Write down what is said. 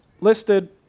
listed